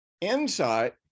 insight